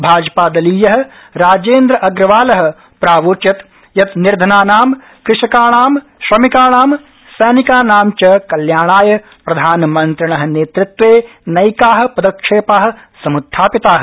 भाजपादलीय राजेन्द्र अग्रवाल प्रावोचत् यत् निर्धनानां कृषकाणां श्रमिकाणां सैनिकाणां च कल्याणाय प्रधानमन्त्रिण नेतृत्वे नैका पदक्षेपा समुत्थापिता